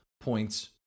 points